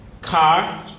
Car